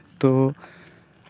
ᱛᱳ